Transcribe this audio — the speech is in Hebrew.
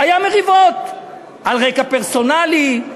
היו מריבות על רקע פרסונלי,